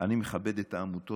אני מכבד את העמותות